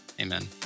Amen